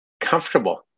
comfortable